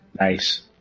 Nice